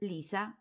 Lisa